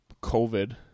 COVID